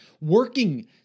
working